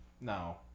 No